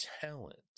talent